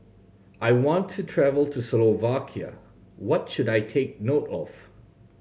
I want to travel to Slovakia what should I take note of